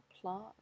plant